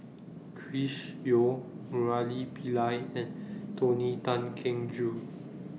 Chris Yeo Murali Pillai and Tony Tan Keng Joo